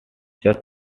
just